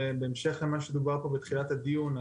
בהמשך למה שדובר פה בהתחלת הדיון,